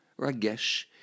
Ragesh